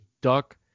duck